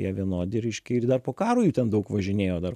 jie vienodi reiškia ir dar po karo jų ten daug važinėjo dar